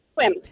Swim